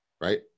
right